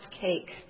cake